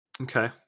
Okay